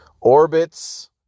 Orbits